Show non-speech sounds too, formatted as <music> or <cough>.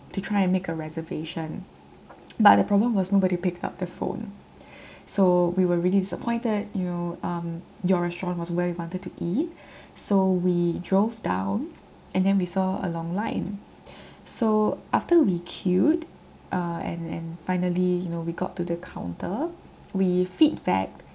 to try and make a reservation <noise> but the problem was nobody picked up the phone so we were really disappointed you know um your restaurant was where we wanted to eat so we drove down <noise> and then we saw a long line so after we queued uh and and finally you know we got to the counter we feedback